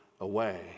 away